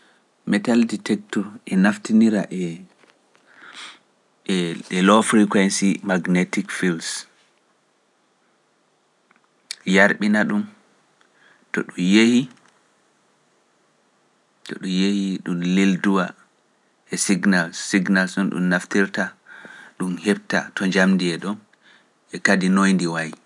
Metal detekto naftinirai frekuensi magnetic fields. Yarɓina ɗum, to ɗum yehii ɗum lelduwa e signal, signal ɗum naftirta ɗum hepta to njamdi e ɗon, e kadi noy ndi wayi.